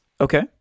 Okay